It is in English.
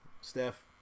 Steph